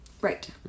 right